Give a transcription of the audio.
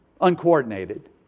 uncoordinated